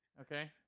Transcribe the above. okay